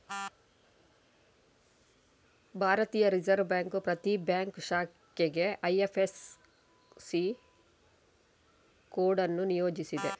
ಭಾರತೀಯ reserve bank ಪ್ರತಿ bank ಶಾಖೆಗೆ ಐ.ಎಫ್.ಎಸ್.ಸಿ ಕೋಡ್ ಅನ್ನು ನಿಯೋಜಿಸಿದೆ